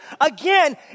again